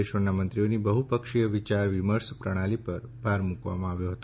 દેશોના મંત્રીઓની બહ્પક્ષીય વિચાર વિમર્શ પ્રણાલિ પર ભાર મૂકવામાં આવ્યો હતો